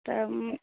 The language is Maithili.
तब